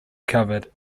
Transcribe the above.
covered